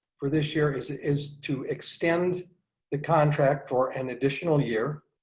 for this year is is to extend the contract for an additional year.